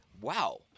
wow